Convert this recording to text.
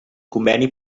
conveni